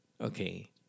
okay